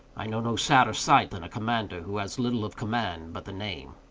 i know no sadder sight than a commander who has little of command but the name.